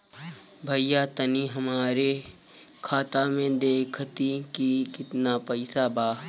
भईया तनि हमरे खाता में देखती की कितना पइसा बा?